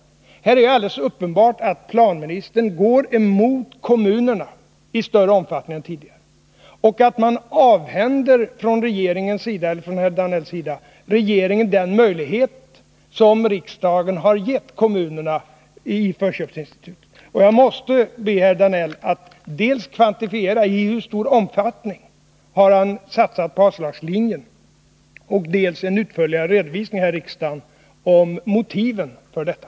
Här är det ju alldeles uppenbart att planministern går emot kommunerna i större omfattning än tidigare och att herr Danell och regeringen avhänder kommunerna den möjlighet som riksdagen givit kommunerna i förköpsinstitutet. Och jag måste be herr Danell att dels kvantifiera i hur stor omfattning han har satsat på avslagslinjen, dels här i riksdagen lämna en utförlig redovisning av motiven för detta.